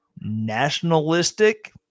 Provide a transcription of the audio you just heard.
nationalistic